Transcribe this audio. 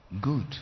Good